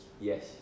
Yes